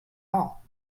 all